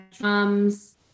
drums